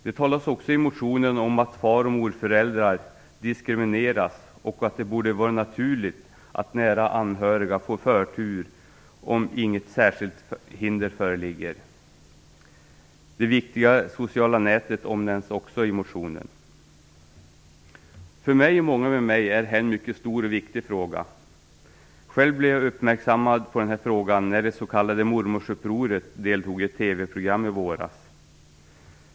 Det talas också i motionen om att far och morföräldrar diskrimineras och att det borde vara naturligt att nära anhöriga får förtur om inget särskilt hinder föreligger. Det viktiga sociala nätet omnämns också i motionen. För mig och många med mig är detta en stor och viktig fråga. Själv blev jag uppmärksammad på den när det visades ett inslag om det s.k. mormorsupproret i ett TV-program i våras.